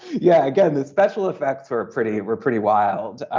yeah again the special effects are ah pretty we're pretty wild.